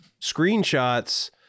screenshots